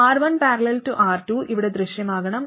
R1 || R2 ഇവിടെ ദൃശ്യമാകണം